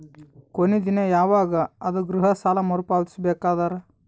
ಕೊನಿ ದಿನ ಯವಾಗ ಅದ ಗೃಹ ಸಾಲ ಮರು ಪಾವತಿಸಬೇಕಾದರ?